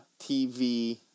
TV